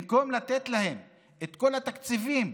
במקום לתת להם את כל התקציבים,